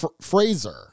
Fraser